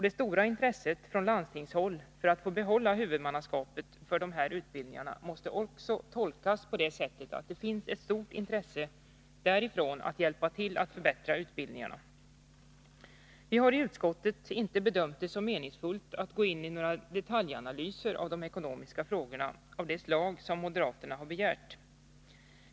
Det stora intresset från landstingshåll att få behålla huvudmannaskapet för dessa utbildningar måste tolkas så, att man där har ett stort intresse av att vidareutveckla och förbättra utbildningarna. Vi har i utskottet inte bedömt det som meningsfullt att gå in i några detaljanalyser av de ekonomiska frågorna av det slag som moderaterna begärt.